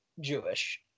Jewish